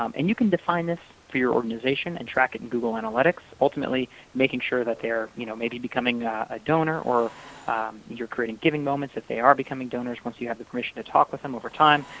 um and you can define this for your organization and track it and google analytics, ultimately making sure that they're you know maybe becoming a donor, or you're creating giving moments, if they are becoming donors, once you have the permission to talk with them over time.